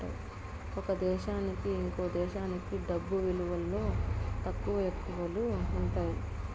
ఒక దేశానికి ఇంకో దేశంకి డబ్బు విలువలో తక్కువ, ఎక్కువలు ఉంటాయి